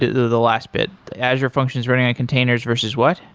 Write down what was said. the last bit. azure functions running ah containers versus what?